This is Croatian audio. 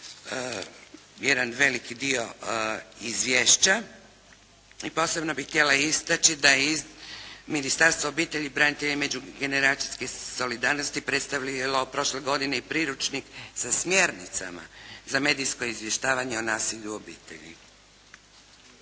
jedan veliki dio izvješća. I posebno bih htjela istaći da je iz Ministarstva obitelji, branitelja i međugeneracijske solidarnosti predstavilo prošle godine i priručnik sa smjernicama za medijsko izvještavanje o nasilju u obitelji.